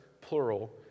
plural